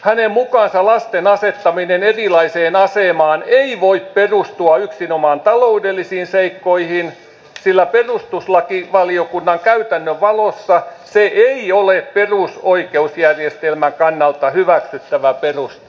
hänen mukaansa lasten asettaminen erilaiseen asemaan ei voi perustua yksinomaan taloudellisiin seikkoihin sillä perustuslakivaliokunnan käytännön valossa se ei ole perusoikeusjärjestelmän kannalta hyväksyttävä peruste